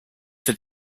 that